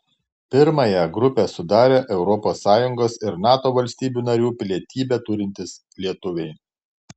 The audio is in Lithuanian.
pirmąją grupę sudarę europos sąjungos ir nato valstybių narių pilietybę turintys lietuviai